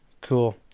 Cool